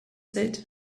said